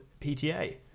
PTA